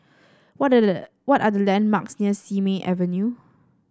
what the what are the landmarks near Simei Avenue